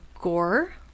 gore